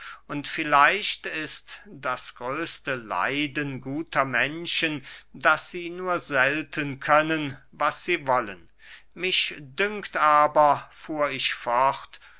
und vielleicht ist das größte leiden guter menschen daß sie nur selten können was sie wollen mich dünkt aber fuhr ich fort